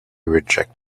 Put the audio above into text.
reject